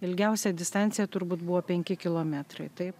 ilgiausia distancija turbūt buvo penki kilometrai taip